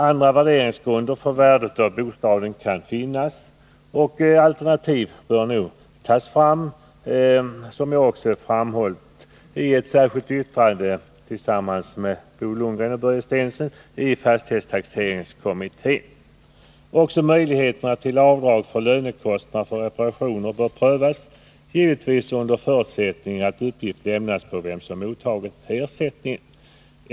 Andra värderingsgrunder för värdet av bostaden kan finnas, och alternativ bör nog tas fram — som jag tillsammans med Bo Lundgren och Börje Stensson också har framhållit i ett särskilt yttrande till fastighetstaxeringskommitténs betänkande. Även möjligheterna till avdrag för lönekostnader för reparationer bör prövas, givetvis under förutsättning att uppgift lämnas på vem som mottagit ersättningen.